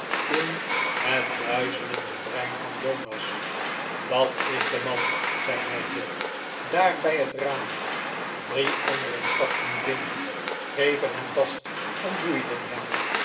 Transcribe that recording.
in net duizelende brein van jonas dat is de man zei nadgett daar bij het raam drie anderen stapten binnen grepen hem vast en boeiden hem